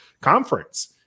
conference